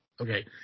Okay